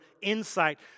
insight